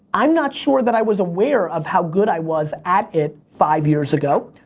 i'm not sure that i was aware of how good i was at it five years ago.